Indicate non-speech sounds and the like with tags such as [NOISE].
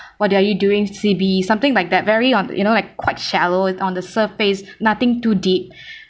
what are you doing C_B something like that very on you know like quite shallow on the surface nothing too deep [BREATH]